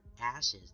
ashes